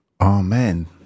Amen